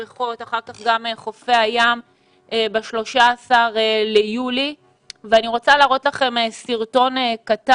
בריכות ואחר כך גם חופי הים ב-13 ביולי ואני רוצה להראות לכם סרטון קצר